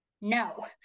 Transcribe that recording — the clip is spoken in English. no